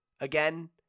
again